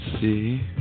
see